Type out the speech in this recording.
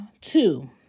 two